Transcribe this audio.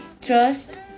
trust